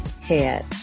head